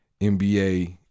NBA